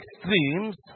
extremes